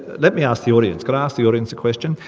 let me ask the audience. can i ask the audience a question?